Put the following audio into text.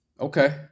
okay